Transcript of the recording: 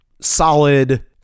solid